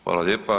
Hvala lijepa.